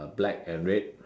uh black and red